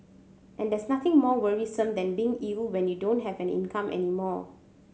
and there's nothing more worrisome than being ill when you don't have an income any more